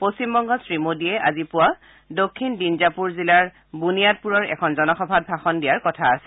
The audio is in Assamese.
পশ্চিমবংগত শ্ৰীমোদীয়ে আজি পুৱা দক্ষিণ দিঞ্জাপুৰ জিলাৰ বুনিয়াদপুৰৰ এখন জনসভাত ভাষণ দিয়াৰ কথা আছে